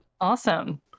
Awesome